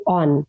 on